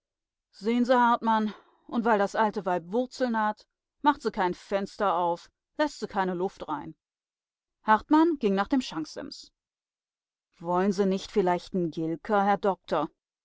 sehn sie hartmann und weil das alte weib wurzeln hat macht sie kein fenster auf läßt sie keine luft rein hartmann ging nach dem schanksims woll'n sie nich vielleichte n gilka herr dokter